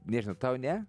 nežinau tau ne